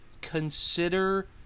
consider